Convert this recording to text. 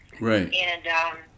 Right